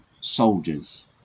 soldiers